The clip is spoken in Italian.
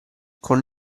con